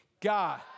God